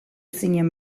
zinen